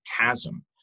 chasm